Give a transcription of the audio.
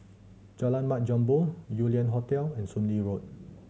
Jalan Mat Jambol Yew Lian Hotel and Soon Lee Road